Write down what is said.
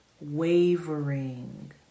wavering